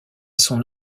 son